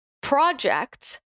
project